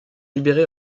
libéré